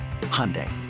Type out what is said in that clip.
Hyundai